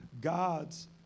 God's